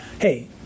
hey